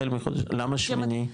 למה שמיני?